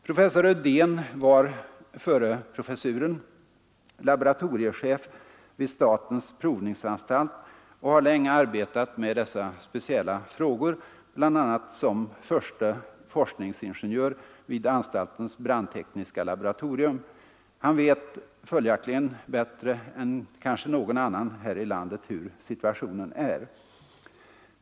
Professor Ödeen var, innan han fick professuren, laboratoriechef vid statens provningsanstalt och har länge arbetat med dessa speciella frågor, bl.a. som förste forskningsingenjör vid anstaltens brandtekniska laboratorium. Han vet följaktligen bättre än kanske någon annan här i landet hur situationen är.